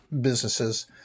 businesses